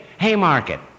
Haymarket